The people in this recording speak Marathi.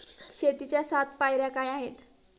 शेतीच्या सात पायऱ्या काय आहेत?